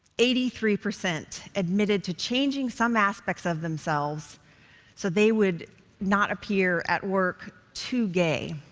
eighty three percent admitted to changing some aspects of themselves so they would not appear at work too gay.